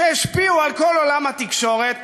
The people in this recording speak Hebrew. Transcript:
שהשפיעו על כל עולם התקשורת,